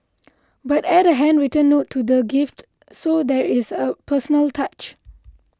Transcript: but add a handwritten note to the gift so there is a personal touch